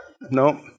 No